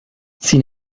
sin